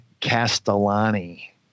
Castellani